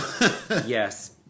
Yes